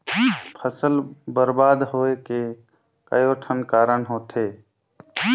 फसल बरबाद होवे के कयोठन कारण होथे